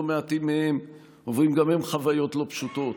לא מעטים מהם עוברים גם הם חוויות לא פשוטות,